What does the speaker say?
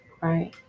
right